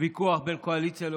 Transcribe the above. ויכוח בין קואליציה לאופוזיציה,